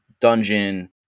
dungeon